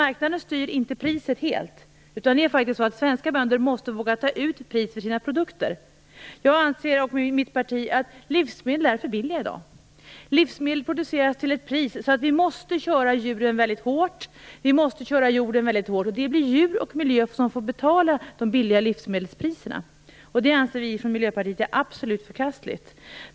Marknaden styr inte priset helt, utan svenska bönder måste våga ta ut pris för sina produkter. Jag och mitt parti anser att livsmedlen är för billiga i dag. Livsmedel produceras till ett pris som gör att vi måste köra djuren och jorden väldigt hårt. Det blir djur och miljö som får betala för de låga livsmedelspriserna. Det anser vi från Miljöpartiet är absolut förkastligt.